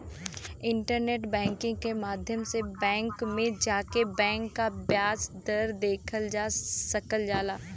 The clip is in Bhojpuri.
इंटरनेट बैंकिंग क माध्यम से बैंक में जाके बैंक क ब्याज दर देखल जा सकल जाला